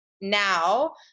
now